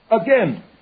Again